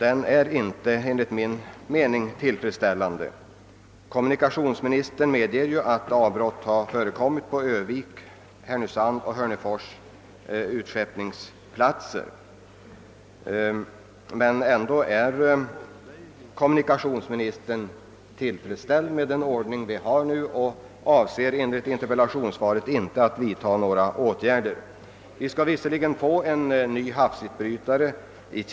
Enligt min mening var beredskapen inte tillfredsställande. Kommunikationsministern medger också i svaret att avbrott i sjötrafiken har förekommit i Örnsköldsvik, Härnösand och Hörnefors. Men ändå är kommunikationsministern nöjd med nuvarande ordning och ämnar enligt interpellationssvaret inte vidta några åtgärder. Till nästa isbrytarsäsong sättes en ny havsisbrytare in.